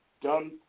done